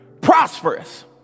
prosperous